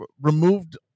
removed